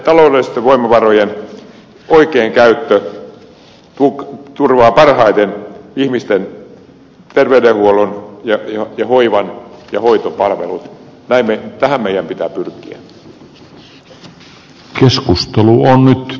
taloudellisten voimavarojen oikein käyttö turvaa parhaiten ihmisten terveydenhuollon ja hoivan ja hoitopalvelut